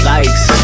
Likes